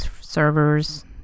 servers